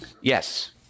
Yes